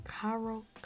Carol